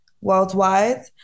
worldwide